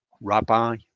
rabbi